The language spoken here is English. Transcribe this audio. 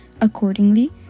Accordingly